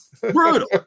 Brutal